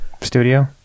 Studio